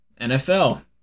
NFL